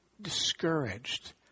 discouraged